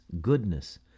goodness